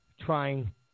trying